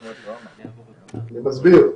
אני מסביר.